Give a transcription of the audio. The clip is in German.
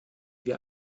wir